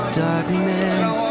darkness